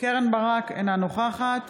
קרן ברק, אינה נוכחת